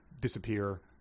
disappear